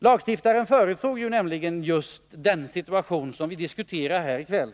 Lagstiftaren förutsåg just den situation som vi diskuterar här i kväll.